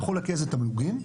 הכחול הכהה זה תמלוגים,